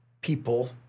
people